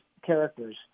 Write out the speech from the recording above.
characters